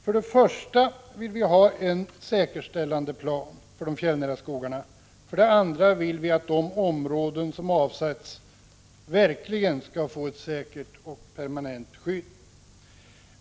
För det första vill vi ha en säkerställandeplan för de fjällnära skogarna. För det andra vill vi att de områden som avsätts verkligen skall få ett säkert och permanent skydd.